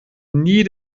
nie